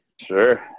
Sure